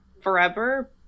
forever